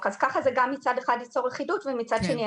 ככה זה גם מצד אחד ייצור אחידות ומצד שני,